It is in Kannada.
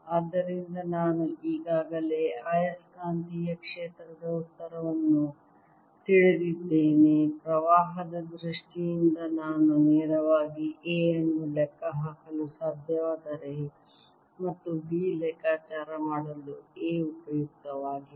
ಆದ್ದರಿಂದ ನಾನು ಈಗಾಗಲೇ ಆಯಸ್ಕಾಂತೀಯ ಕ್ಷೇತ್ರದ ಉತ್ತರವನ್ನು ತಿಳಿದಿದ್ದೇನೆ ಪ್ರವಾಹದ ದೃಷ್ಟಿಯಿಂದ ನಾನು ನೇರವಾಗಿ A ಅನ್ನು ಲೆಕ್ಕಹಾಕಲು ಸಾಧ್ಯವಾದರೆ ಮತ್ತು B ಲೆಕ್ಕಾಚಾರ ಮಾಡಲು A ಉಪಯುಕ್ತವಾಗಿದೆ